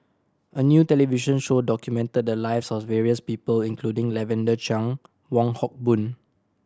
a new television show documented the lives of various people including Lavender Chang Wong Hock Boon